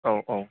औ औ